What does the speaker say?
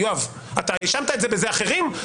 יואב האשמת בזה אחרים.